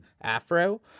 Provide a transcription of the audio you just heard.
afro